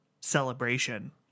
celebration